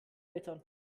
eltern